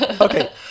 Okay